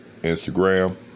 Instagram